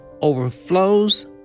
overflows